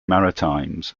maritimes